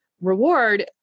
reward